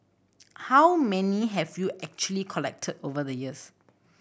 how many have you actually collected over the years